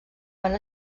van